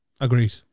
Agreed